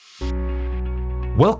Welcome